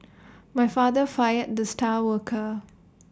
my father fired the star worker